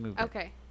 Okay